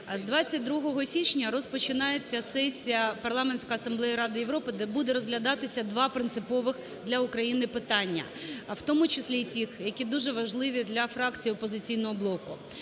З 22 січня розпочинається сесія Парламентської асамблеї Ради Європи, де будуть розглядатися два принципових для України питання. В тому числі і тих, які дуже важливі для фракції "Опозиційного блоку".